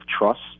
trust